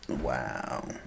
Wow